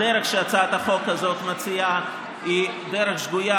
הדרך שהצעת החוק הזאת מציעה היא דרך שגויה.